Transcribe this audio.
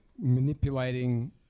manipulating